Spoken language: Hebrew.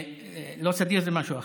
לא סדיר, זה משהו אחר.